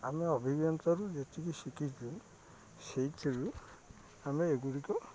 ଆମେ ଅଭିଜ୍ଞନ୍ତାରୁ ଯେତିକି ଶିଖିଛୁ ସେଇଥିରୁ ଆମେ ଏଗୁଡ଼ିକ